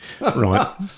Right